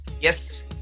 yes